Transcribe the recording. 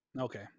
okay